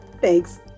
Thanks